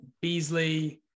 Beasley